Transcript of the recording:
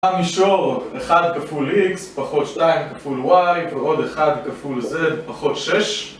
מישור 1 כפול x פחות 2 כפול y ועוד 1 כפול z פחות 6